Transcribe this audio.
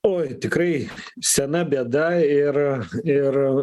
oi tikrai sena bėda ir ir